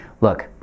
Look